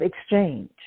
exchange